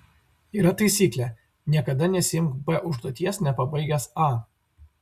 yra taisyklė niekada nesiimk b užduoties nepabaigęs a